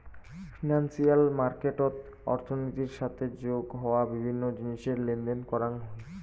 financial মার্কেটত অর্থনীতির সাথে যোগ হওয়া বিভিন্ন জিনিসের লেনদেন করাং হই